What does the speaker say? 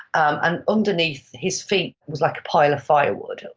and underneath his feet was like a pile of firewood.